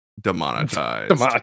demonetized